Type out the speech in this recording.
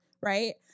Right